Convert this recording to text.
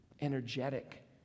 energetic